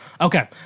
Okay